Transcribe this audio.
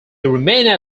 remained